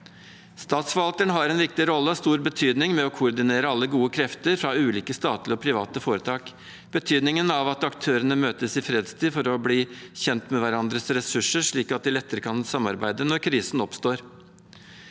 Statsforvalterne har en viktig rolle og har stor betydning ved å koordinere alle gode krefter fra ulike statlige og private foretak. Det har betydning at aktørene møtes i fredstid for å bli kjent med hverandres ressurser, slik at de lettere kan samarbeide når krisen oppstår.